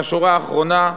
השורה האחרונה,